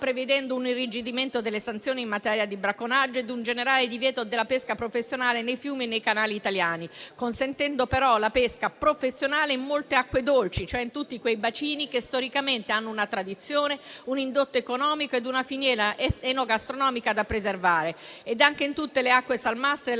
prevedendo un irrigidimento delle sanzioni in materia di bracconaggio ed un generale divieto della pesca professionale nei fiumi e nei canali italiani, consentendo però la pesca professionale in molte acque dolci, cioè in tutti quei bacini che storicamente hanno una tradizione, un indotto economico ed una filiera enogastronomica da preservare, e anche in tutte le acque salmastre e